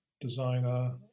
designer